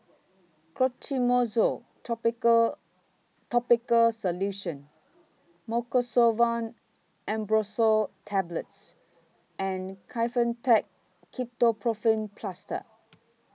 Clotrimozole Topical Topical Solution Mucosolvan Ambroxol Tablets and Kefentech Ketoprofen Plaster